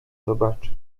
zobaczy